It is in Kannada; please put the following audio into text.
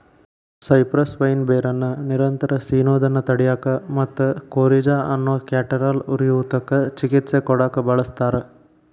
ಸೈಪ್ರೆಸ್ ವೈನ್ ಬೇರನ್ನ ನಿರಂತರ ಸಿನೋದನ್ನ ತಡ್ಯಾಕ ಮತ್ತ ಕೋರಿಜಾ ಅನ್ನೋ ಕ್ಯಾಟರಾಲ್ ಉರಿಯೂತಕ್ಕ ಚಿಕಿತ್ಸೆ ಕೊಡಾಕ ಬಳಸ್ತಾರ